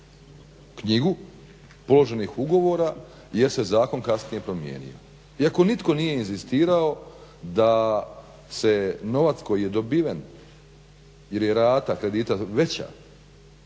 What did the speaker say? knjigu položenih ugovora jer se zakon kasnije promijenio. Iako nitko nije inzistirao da se novac koji je dobiven jer je rata kredita veća